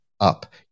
up